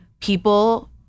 People